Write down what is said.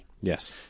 Yes